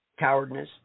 cowardness